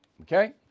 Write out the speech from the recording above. Okay